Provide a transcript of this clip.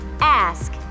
Ask